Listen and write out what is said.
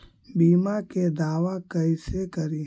बीमा के दावा कैसे करी?